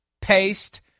paste